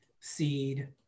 seed